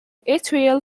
atrial